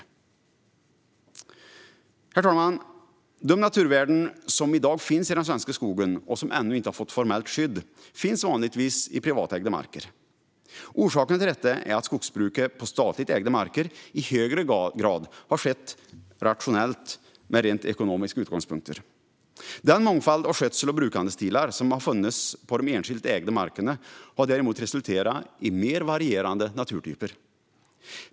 Herr talman! De naturvärden som i dag finns i den svenska skogen och som ännu inte fått formellt skydd finns vanligtvis på privatägda marker. Orsaken till detta är att skogsbruket på statligt ägda marker i högre grad skett "rationellt" med rent ekonomiska utgångspunkter. Den mångfald av skötsel och brukandestilar som har funnits på de enskilt ägda markerna har däremot resulterat i mer varierade naturtyper.